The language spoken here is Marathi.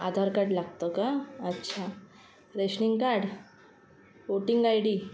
आधार कार्ड लागतं का अच्छा rationing card voting I D